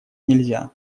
нельзя